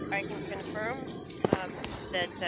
i can confirm that